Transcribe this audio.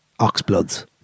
Oxbloods